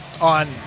on